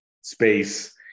space